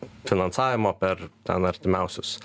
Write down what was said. finansavimo per ten artimiausius